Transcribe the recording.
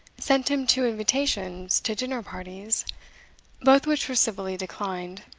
sent him two invitations to dinner-parties, both which were civilly declined.